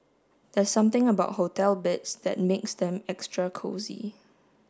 there's something about hotel beds that makes them extra cosy